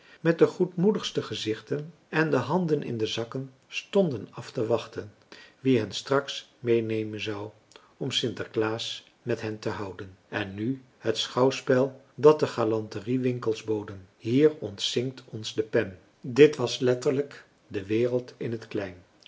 met de goedmoedigste gezichten en de handen in de zakken stonden af te wachten wie hen straks meenemen zou om sinterklaas met hen te houden en nu het schouwspel dat de galanteriewinkels boden hier ontzinkt ons de pen dit was letterlijk de wereld in t klein